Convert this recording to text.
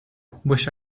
wish